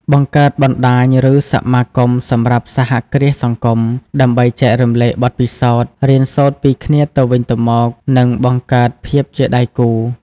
បង្កើតបណ្តាញ ឬសមាគមសម្រាប់សហគ្រាសសង្គម ដើម្បីចែករំលែកបទពិសោធន៍ រៀនសូត្រពីគ្នាទៅវិញទៅមក និងបង្កើតភាពជាដៃគូ ។